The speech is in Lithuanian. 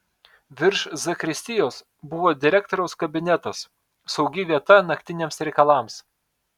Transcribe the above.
virš zakristijos buvo direktoriaus kabinetas saugi vieta naktiniams reikalams